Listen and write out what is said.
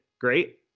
Great